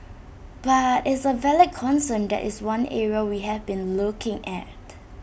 but is A valid concern that is one area we have been looking at